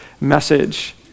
message